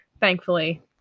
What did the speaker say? thankfully